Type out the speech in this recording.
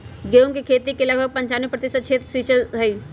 गेहूं के खेती के लगभग पंचानवे प्रतिशत क्षेत्र सींचल हई